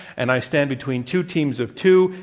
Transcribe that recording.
and i stand between two teams of two,